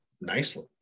nicely